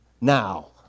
now